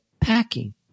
packing